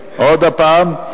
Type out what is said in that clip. עוד פעם.